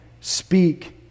speak